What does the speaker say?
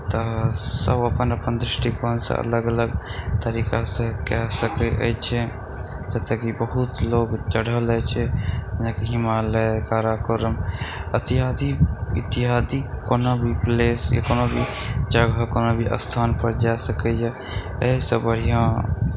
तऽ सब अपन अपन दृष्टिकोणसँ अलग अलग तरीकासँ कए सकै अछि जतऽ कि बहुत लोक चढ़ल जाइ छै जेनाकि हिमालय काराकोरम इत्यादि कोनो भी प्लेस या कोनो भी जगह कोनो भी स्थान पर जाय सकैया एहिसँ बढ़िऑं